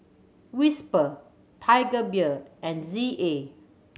Whisper Tiger Beer and Z A